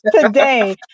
today